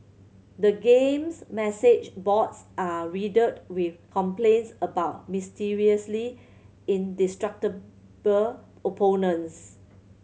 the game's message boards are riddled with complaints about mysteriously indestructible opponents